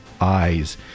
eyes